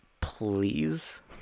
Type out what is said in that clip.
Please